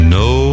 no